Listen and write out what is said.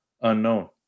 unknown